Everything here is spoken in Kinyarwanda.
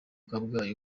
kabgayi